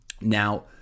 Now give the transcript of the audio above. Now